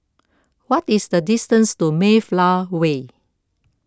what is the distance to Mayflower Way